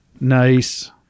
Nice